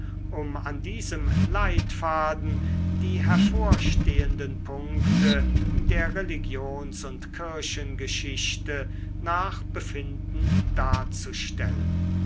um an diesem leitfaden die hervorstehenden punkte der religions und kirchengeschichte nach befinden darzustellen